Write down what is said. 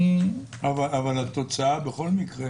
אבל התוצאה בכל מקרה